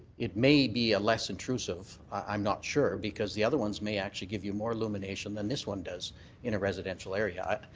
it may be a less intrusive i'm not sure because the other ones may actually give you more lumination than this one does in a residential area.